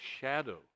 shadow